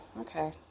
okay